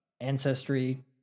ancestry